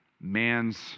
man's